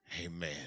amen